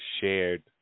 Shared